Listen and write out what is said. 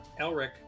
Elric